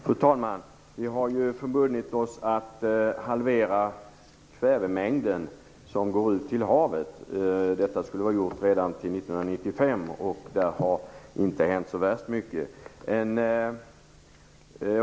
Fru talman! Vi har ju förbundit oss att halvera mängden kväve som går ut i havet. Detta skulle vi ha gjort redan till 1995, och det har inte hänt så värst mycket.